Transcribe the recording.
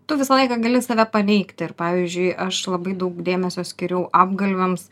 tu visą laiką gali save paneigti ir pavyzdžiui aš labai daug dėmesio skiriu apgalviams